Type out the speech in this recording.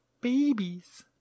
Babies